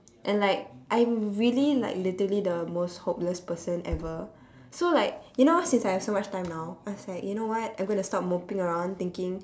and like I'm really like literally the most hopeless person ever so like you know since I have so much time now I was like you know what I'm going to stop moping around thinking